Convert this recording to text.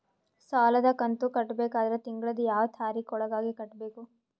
ಸಾಲದ ಕಂತು ಕಟ್ಟಬೇಕಾದರ ತಿಂಗಳದ ಯಾವ ತಾರೀಖ ಒಳಗಾಗಿ ಕಟ್ಟಬೇಕು?